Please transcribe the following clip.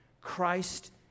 Christ